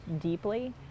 deeply